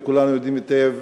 וכולנו יודעים היטב,